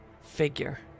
figure